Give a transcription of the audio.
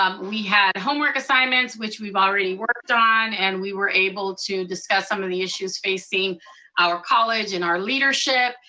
um we had homework assignments, which we've already worked on, and we were able to discuss some of the issues facing our college and our leadership.